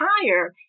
higher